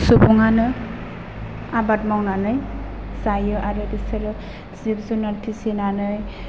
सुबुङानो आबाद मावनानै जायो आरो बिसोरो जिब जुनार फिसिनानै